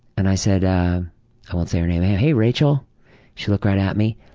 and i said i won't say her name hey hey rachel she looked right at me.